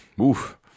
Oof